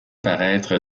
paraître